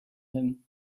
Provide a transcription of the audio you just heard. him